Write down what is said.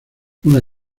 una